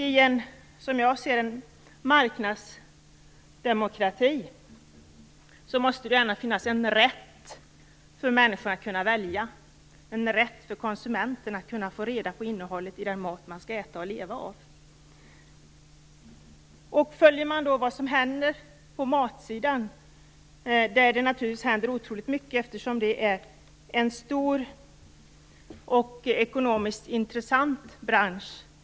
I en, som jag ser det, marknadsdemokrati måste det ändå finnas en rättighet för människan att välja. Konsumenten måste ha rätt att få reda på innehållet i den mat man skall äta och leva av. På matsidan händer det naturligtvis otroligt mycket, eftersom det är en stor och ekonomiskt intressant bransch.